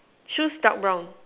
shoes dark brown